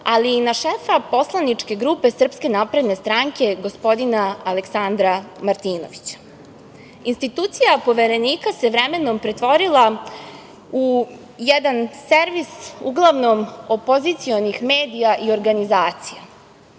ali i na šefa poslaničke grupe Srpske napredne stranke gospodina Aleksandra Martinovića. Institucija Poverenika se vremenom pretvorila u jedan servis uglavnom opozicionih medija i organizacija.